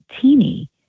teeny